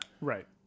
Right